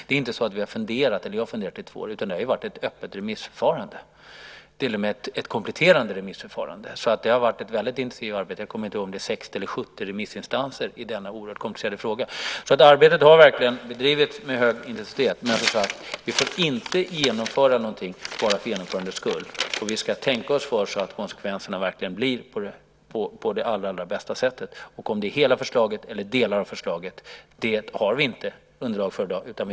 Det är inte så att jag har funderat i två år. Det har varit ett öppet remissförfarande, till och med ett kompletterande remissförfarande. Det har varit ett väldigt intensivt arbete. Jag kommer inte ihåg om det är 60 eller 70 remissinstanser i denna oerhört komplicerade fråga. Arbetet har verkligen bedrivits med hög intensitet. Men vi får inte genomföra någonting bara för genomförandets skull. Vi ska tänka oss för så att konsekvenserna verkligen blir på allra bästa sättet. Om det handlar om hela förslaget eller delar av förslaget har vi inte underlag för i dag.